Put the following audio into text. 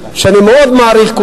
אני מאוד מעריך,